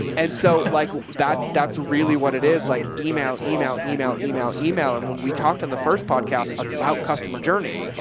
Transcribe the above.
and so like that's, that's really what it is. like email, email, email, email, email. and when we talked on the first podcast about customer journey,